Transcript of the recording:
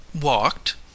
walked